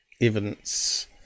evidence